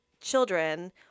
children